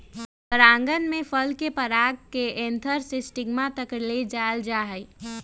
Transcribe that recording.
परागण में फल के पराग के एंथर से स्टिग्मा तक ले जाल जाहई